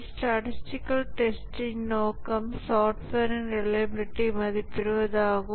statistical டெஸ்டின் நோக்கம் சாஃப்ட்வேரின் ரிலையபிலிடியை மதிப்பிடுவதாகும்